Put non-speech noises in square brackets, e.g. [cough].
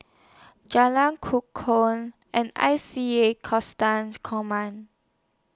Jalan Kukoh and I C A [unintelligible] Command